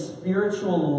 Spiritual